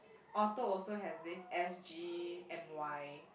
Orto also has this S_G M_Y